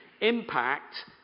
impact